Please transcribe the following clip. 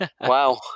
Wow